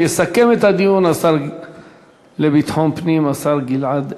יסכם את הדיון השר לביטחון הפנים, השר גלעד ארדן.